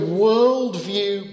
worldview